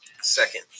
Second